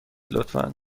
لطفا